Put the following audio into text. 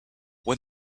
when